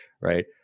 right